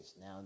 now